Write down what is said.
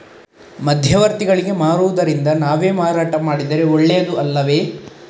ಮಧ್ಯವರ್ತಿಗಳಿಗೆ ಮಾರುವುದಿಂದ ನಾವೇ ಮಾರಾಟ ಮಾಡಿದರೆ ಒಳ್ಳೆಯದು ಅಲ್ಲವೇ?